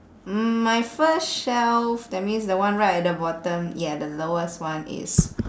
mm my first shelf that means the one right at the bottom ya the lowest one is